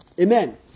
Amen